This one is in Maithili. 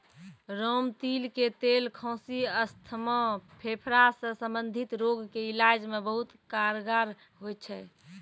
रामतिल के तेल खांसी, अस्थमा, फेफड़ा सॅ संबंधित रोग के इलाज मॅ बहुत कारगर होय छै